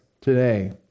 today